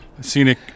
Scenic